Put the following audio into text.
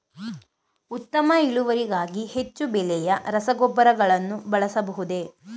ಉತ್ತಮ ಇಳುವರಿಗಾಗಿ ಹೆಚ್ಚು ಬೆಲೆಯ ರಸಗೊಬ್ಬರಗಳನ್ನು ಬಳಸಬಹುದೇ?